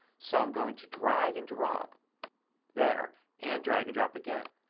so i'm going to drag and drop there and drag and drop again.